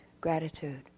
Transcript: gratitude